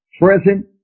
Present